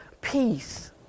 peace